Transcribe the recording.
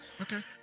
Okay